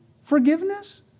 Forgiveness